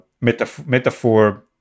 metaphor